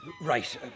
Right